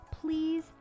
please